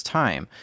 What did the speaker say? time